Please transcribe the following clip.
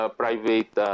private